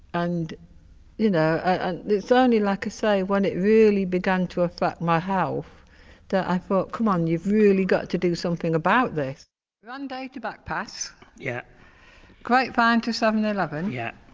and you know ah it's only, like i say, when it really began to affect my health that i thought come on, you've really got to do something about this grande and to back pass yeah grapevine to seven eleven. yeah